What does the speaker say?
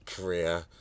Korea